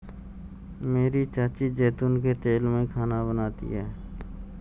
मेरी चाची जैतून के तेल में खाना बनाती है